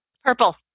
Purple